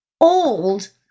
old